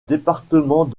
département